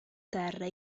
terra